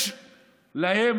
יש להם,